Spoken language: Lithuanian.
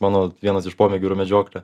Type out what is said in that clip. mano vienas iš pomėgių yra medžioklė